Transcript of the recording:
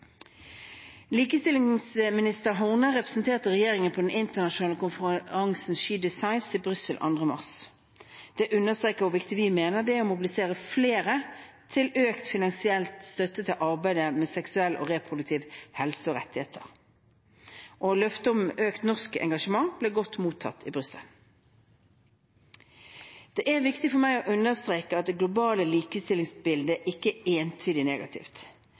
Likestillingsminister Horne representerte regjeringen på den internasjonale konferansen She Decides i Brussel 2. mars. Det understreker hvor viktig vi mener det er å mobilisere flere til økt finansiell støtte til arbeidet med seksuell og reproduktiv helse og rettigheter. Løftet om økt norsk engasjement ble godt mottatt i Brussel. Det er viktig for meg å understreke at det globale likestillingsbildet ikke er entydig negativt.